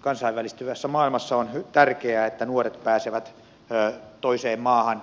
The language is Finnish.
kansainvälistyvässä maailmassa on tärkeää että nuoret pääsevät toiseen maahan